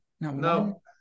No